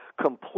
complete